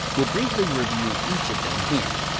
we'll briefly review each of them here.